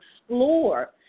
explore